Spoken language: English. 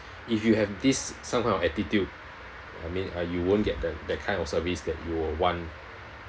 if you have this some kind of attitude I mean uh you won't get the that kind of service that you will want